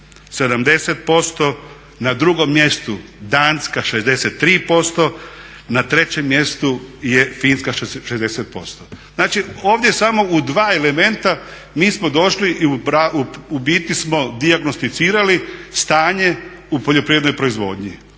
70%, na drugom mjestu Danska 63%, na trećem mjestu je Finska 60%. Znači ovdje samo u dva elementa mi smo došli i u biti smo dijagnosticirali stanje u poljoprivrednoj proizvodnji.